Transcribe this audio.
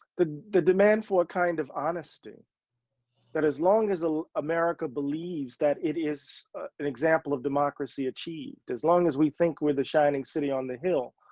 the the demand for a kind of honesty that as long as ah america believes that it is an example of democracy achieved, as long as we think we're the shining city on the hill,